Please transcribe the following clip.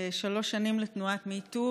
שלוש שנים לתנועת MeToo.